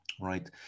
right